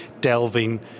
delving